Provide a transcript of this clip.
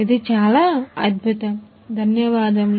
ఇది చాలా అద్భుతం ధన్యవాదాలు